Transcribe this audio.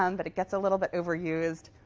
um but it gets a little bit overused.